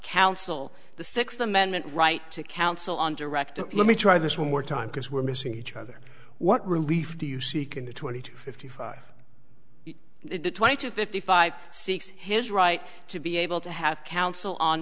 counsel the sixth amendment right to counsel on direct let me try this one more time because we're missing each other what relief do you see can be twenty to fifty five twenty to fifty five seeks his right to be able to have counsel on